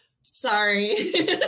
sorry